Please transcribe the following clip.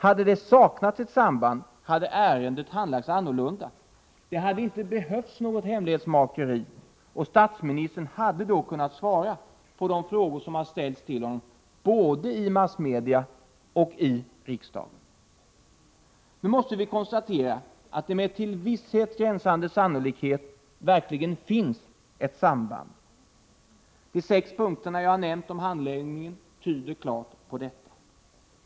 Hade det saknats ett samband, hade ärendet handlagts annorlunda. Det hade inte behövts något hemlighetsmakeri, och statsministern hade då kunnat svara på de frågor som ställts till honom både i massmedia och i riksdagen. Nu måste vi konstatera att det med till visshet gränsande sannolikhet verkligen finns ett samband. De sex punkterna som jag nämnt om handläggningen tyder klart på detta.